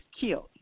killed